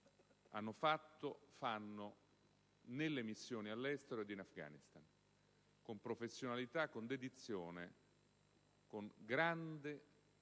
hanno fatto e fanno nelle missioni all'estero ed in Afghanistan, con professionalità, con dedizione, con grande